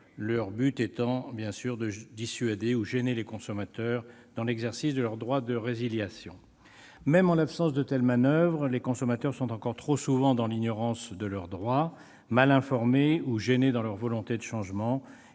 Leur but est de dissuader ou de gêner les consommateurs dans l'exercice de leur droit de résiliation. Même en l'absence de telles manoeuvres, les consommateurs sont encore trop souvent dans l'ignorance de leurs droits. Mal informés ou gênés dans leur volonté de changement,